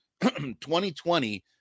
2020